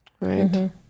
Right